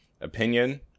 opinion